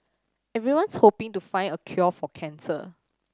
everyone's hoping to find a cure for cancer